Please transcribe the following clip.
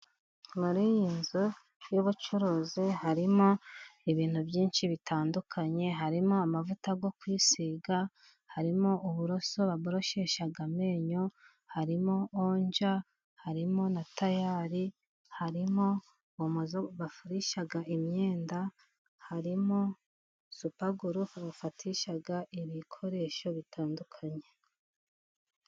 Muri iyi nzu y'ubacuruzi harimo ibintu byinshi bitandukanye, harimo amavuta yo kwiyisiga, harimo uburoso baboroshesha amenyo, harimo onja, harimo na tayari, harimo omo zo bafurisha imyenda, harimo supaguru bafatishaga ibikoresho bitandukanye.